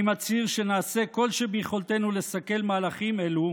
אני מצהיר שנעשה כל שביכולתנו לסכל מהלכים אלו